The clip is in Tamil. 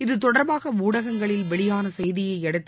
இத்தொடர்பாக ஊடகங்களில் வெளியான செய்தியை அடுத்து